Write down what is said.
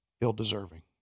ill-deserving